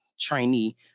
trainee